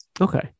Okay